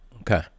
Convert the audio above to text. Okay